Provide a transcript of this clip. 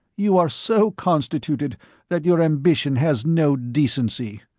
you are so constituted that your ambition has no decency.